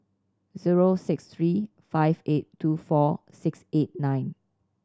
zero six three five eight two four six eight nine